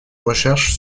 recherche